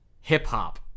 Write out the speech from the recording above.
Hip-hop